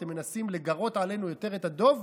אתם מנסים לגרות עלינו יותר את הדוב?